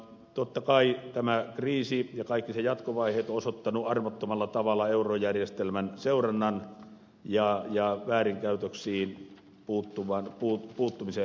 totta kai tämä kriisi ja kaikki sen jatkovaiheet ovat osoittaneet armottomalla tavalla eurojärjestelmän seurannan ja väärinkäytöksiin puuttumisen heikkouden